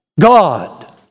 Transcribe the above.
God